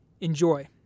enjoy